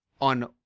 on